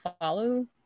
follow